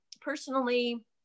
personally